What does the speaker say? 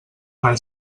per